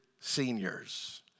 seniors